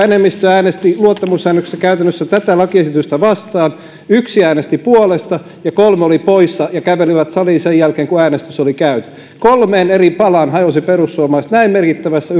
enemmistö äänesti luottamusäänestyksessä käytännössä tätä lakiesitystä vastaan yksi äänesti puolesta ja kolme oli poissa ja käveli saliin sen jälkeen kun äänestys oli käyty kolmeen eri palaan hajosi perussuomalaiset näin merkittävässä